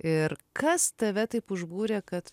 ir kas tave taip užbūrė kad